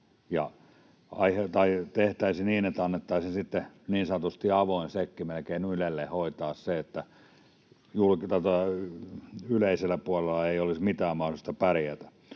tehtäisi niin, että annettaisiin sitten niin sanotusti avoin šekki, melkein, Ylelle hoitaa se, niin että yleisellä puolella ei olisi mitään mahdollisuutta pärjätä.